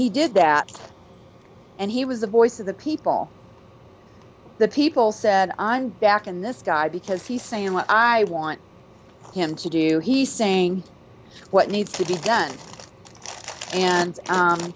he did that and he was the voice of the people that people said on back in the sky because he's saying what i want him to do he's saying what needs to be done and